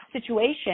situation